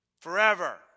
forever